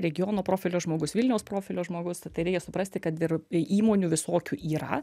regiono profilio žmogus vilniaus profilio žmogus ta tai reikia suprasti kad ir į įmonių visokių yra